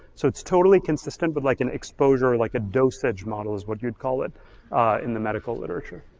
so it's totally consistent but like an exposure, like a dosage model is what you'd call it in the medical literature.